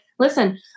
listen